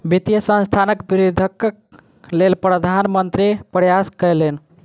वित्तीय संस्थानक वृद्धिक लेल प्रधान मंत्री प्रयास कयलैन